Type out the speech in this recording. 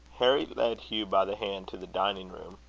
harry led hugh by the hand to the dining-room,